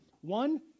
One